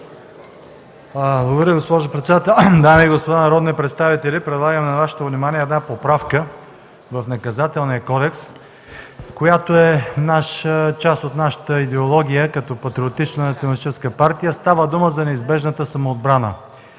Благодаря, госпожо председател. Дами и господа народни представители, предлагам на Вашето внимание една поправка в Наказателния кодекс, която е част от нашата идеология като патриотична националистическа партия. Става дума за неизбежната самоотбрана